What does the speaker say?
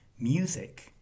music